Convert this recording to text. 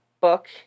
book